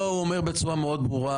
לא, הוא אומר בצורה מאוד ברורה.